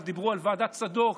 ודיברו על ועדת צדוק,